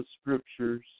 scriptures